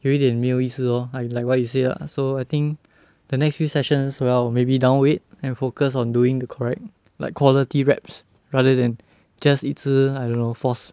有一点没有意思 lor I like what you say lah so I think the next few sessions 我要 maybe down weight and focus on doing the correct like quality reps rather than just 一直 I don't know force